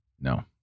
No